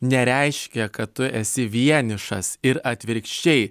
nereiškia kad tu esi vienišas ir atvirkščiai